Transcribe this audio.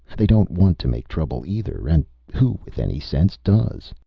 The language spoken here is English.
they don't want to make trouble, either. and who, with any sense does?